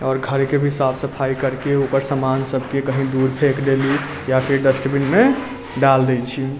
आओर घर के भी साफ सफाइ करके ऊपर समान सभ के कही दूर फेक देली या फिर डस्टबिन मे डाल दै छी